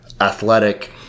athletic